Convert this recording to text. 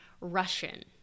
Russian